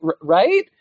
Right